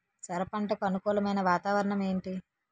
సొర పంటకు అనుకూలమైన వాతావరణం ఏంటి?